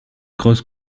cross